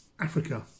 Africa